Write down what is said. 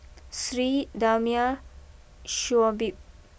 Sri Damia Shoaib